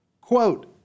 Quote